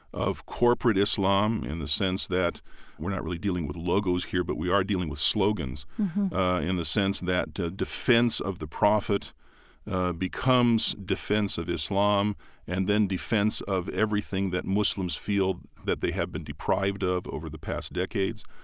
of corporate islam in the sense that we're not really dealing with logos here but we are dealing with slogans in the sense that defense of the prophet becomes defense of islam and then defense of everything that muslims feel that they have been deprived of over the past decades.